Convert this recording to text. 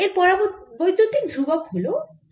এর পরাবৈদ্যুতিক ধ্রুবক হল k